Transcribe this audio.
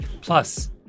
Plus